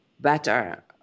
better